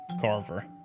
carver